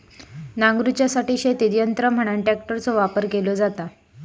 नांगरूच्यासाठी शेतीत यंत्र म्हणान ट्रॅक्टरचो वापर केलो जाता